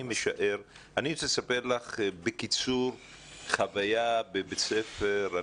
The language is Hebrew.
אני רוצה לספר לך בקיצור חוויה בבית ספר.